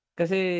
kasi